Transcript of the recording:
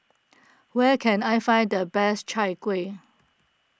where can I find the best Chai Kueh